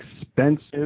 expensive